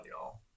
y'all